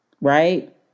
Right